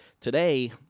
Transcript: today